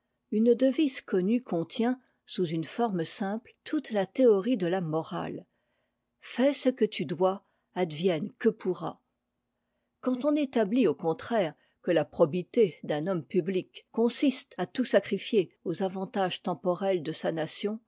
une devise connue contient sous une forme simple toute la théorie de la morale fais ce que dois advienne epomrra quand on établit au contraire que la probité d'un homme public consiste à tout sacrifier aux avantages temporels de sa nation